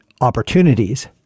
opportunities